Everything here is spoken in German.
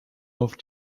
auf